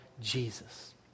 Jesus